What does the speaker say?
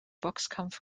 boxkampf